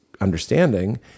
understanding